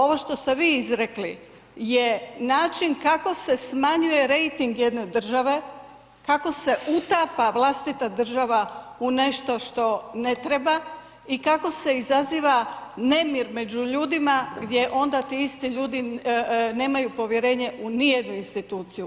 Ovo što ste vi izrekli je način kako se smanjuje rejting jedne države, kako se utapa vlastita država u nešto što ne treba i kako se izaziva nemir među ljudima, gdje onda ti isti ljudi nemaju povjerenje u nijednu instituciju.